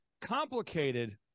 complicated